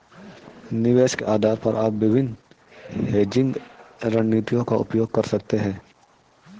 निवेश के आधार पर आप विभिन्न हेजिंग रणनीतियों का उपयोग कर सकते हैं